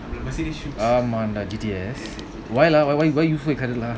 G_T_S why lah why why you so excited lah